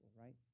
right